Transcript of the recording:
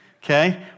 Okay